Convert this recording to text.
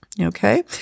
Okay